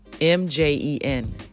M-J-E-N